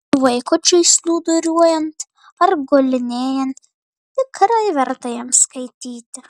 vaikučiui snūduriuojant ar gulinėjant tikrai verta jam skaityti